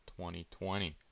2020